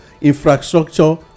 infrastructure